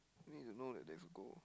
need to know that there's a goal